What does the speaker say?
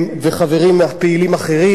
וחברים פעילים אחרים.